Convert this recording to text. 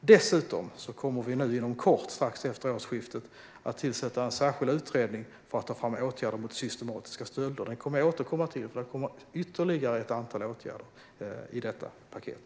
Dessutom kommer vi inom kort, strax efter årsskiftet, att tillsätta en särskild utredning för att ta fram åtgärder mot systematiska stölder. Det kommer jag att återkomma till, för det kommer ytterligare ett antal åtgärder i detta paket.